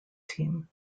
team